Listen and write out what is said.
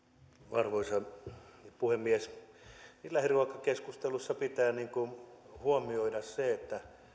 arvoisa puhemies lähiruokakeskustelussa pitää huomioida se